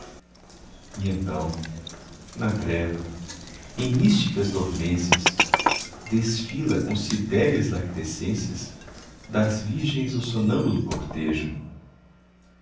e então na treva em místicas dormências desfila com sidéreas lactescências das virgens o sonâmbulo cortejo